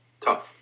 Tough